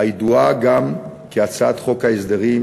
הידועה גם כהצעת חוק ההסדרים,